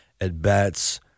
at-bats –